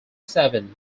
seven